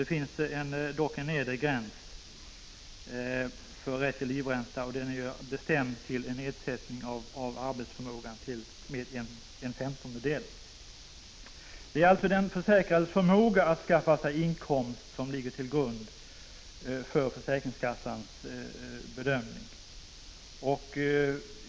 Det finns dock en nedre gräns för rätt till livränta, och den är bestämd till nedsättning av arbetsförmågan med en femtondel. Det är alltså den försäkrades förmåga att skaffa sig inkomst som ligger till grund för försäkringskassans bedömning.